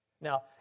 Now